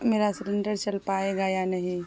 میرا سلینڈر چل پائے گا یا نہیں